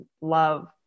love